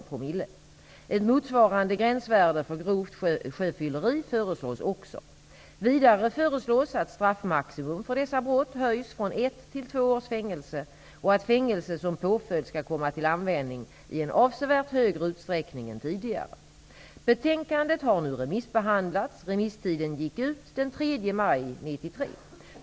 Ett motsvarande gränsvärde för grovt sjöfylleri föreslås också. Vidare föreslås att straffmaximum för dessa brott höjs från ett till två års fängelse och att fängelse som påföljd skall komma till användning i en avsevärt högre utsträckning än tidigare. Betänkandet har nu remissbehandlats. Remisstiden gick ut den 3 maj 1993.